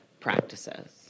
practices